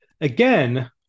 Again